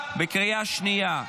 בקריאה השנייה.